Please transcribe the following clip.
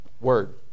word